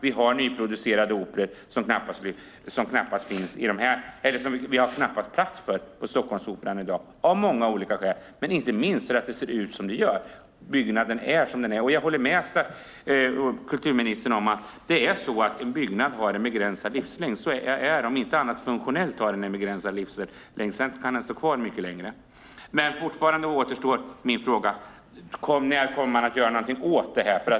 Vi har nyproducerade operor som vi knappast har plats för på Stockholmsoperan i dag, av många olika skäl men inte minst för att det ser ut som det gör, att byggnaden är som den är. Jag håller med kulturministern om att en byggnad har en begränsad livslängd, om inte annat så funktionellt, fast den sedan kan stå kvar mycket längre. Fortfarande återstår min fråga: När kommer man att göra något åt detta?